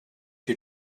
you